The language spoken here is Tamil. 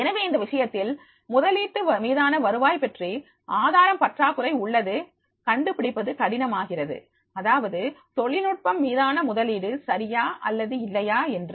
எனவே இந்த விஷயத்தில் முதலீட்டு மீதான வருவாய் பற்றி ஆதாரம் பற்றாக்குறை உள்ளது கண்டுபிடிப்பது கடினம் ஆகிறது அதாவது தொழில்நுட்பம் மீதான முதலீடு சரியா அல்லது இல்லையா என்று